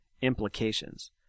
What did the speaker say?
implications